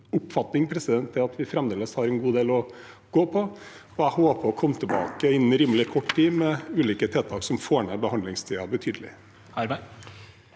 oppfatning er at vi fremdeles har en god del å gå på, og jeg håper å komme tilbake innen rimelig kort tid med ulike tiltak som får ned behandlingstiden betydelig.